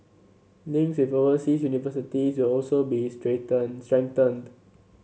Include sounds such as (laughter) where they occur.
links with oversea universities will also be (unintelligible) strengthened